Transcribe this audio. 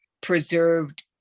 preserved